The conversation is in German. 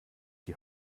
die